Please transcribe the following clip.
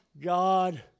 God